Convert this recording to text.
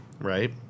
right